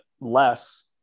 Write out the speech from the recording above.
less